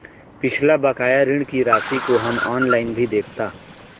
पिछला बकाया ऋण की राशि को हम ऑनलाइन भी देखता